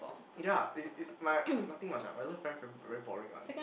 ya it's it's my nothing much ah my love life very boring one